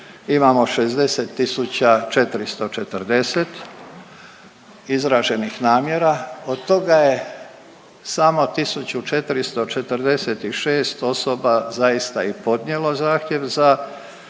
imamo 60440 izraženih namjera. Od toga je samo 1446 osoba zaista i podnijelo zahtjev za